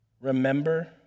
Remember